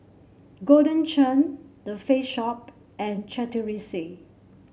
Golden Churn The Face Shop and Chateraise